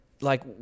like-